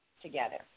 together